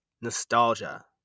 nostalgia